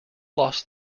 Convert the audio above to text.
lost